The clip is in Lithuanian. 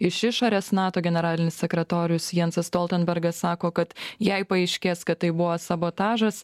iš išorės nato generalinis sekretorius jansas stoltenbergas sako kad jei paaiškės kad tai buvo sabotažas